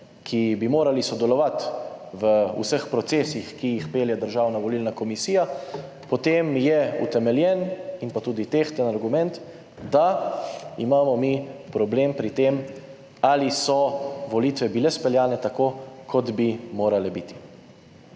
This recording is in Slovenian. ki bi morali sodelovati v vseh procesih, ki jih pelje državna volilna komisija, potem je utemeljen in tudi tehten argument, da imamo problem pri tem, ali so volitve bile speljane tako, kot bi morale biti.